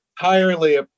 entirely